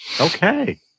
okay